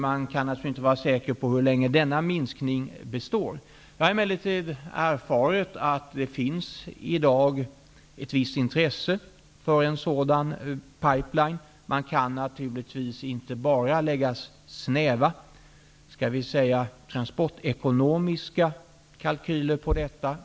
Man kan naturligtvis inte vara säker på hur länge denna minskning består. Jag har emellertid erfarit att det finns i dag ett visst intresse för en sådan pipeline. Man kan naturligtvis inte bara lägga snäva transportekonomiska kalkyler på detta.